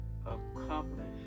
accomplish